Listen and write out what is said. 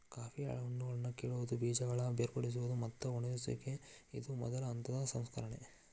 coffee ಹಣ್ಣುಗಳನ್ನಾ ಕೇಳುವುದು, ಬೇಜಗಳ ಬೇರ್ಪಡಿಸುವುದು, ಮತ್ತ ಒಣಗಿಸುವಿಕೆ ಇದು ಮೊದಲ ಹಂತದ ಸಂಸ್ಕರಣೆ